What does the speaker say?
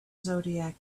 zodiac